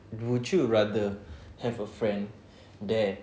would you rather have a friend that